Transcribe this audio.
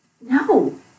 no